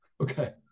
Okay